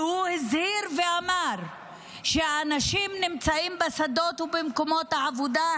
והוא הזהיר ואמר שהאנשים נמצאים בשדות ובמקומות העבודה,